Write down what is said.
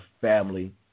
family